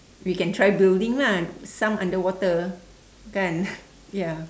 we can try building lah some underwater kan ya